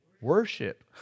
worship